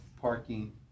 parking